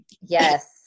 Yes